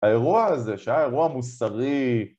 האירוע הזה, שהיה אירוע מוסרי...